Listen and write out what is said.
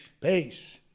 Peace